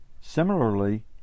Similarly